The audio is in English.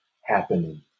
happening